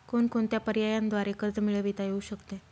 कोणकोणत्या पर्यायांद्वारे कर्ज मिळविता येऊ शकते?